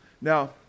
Now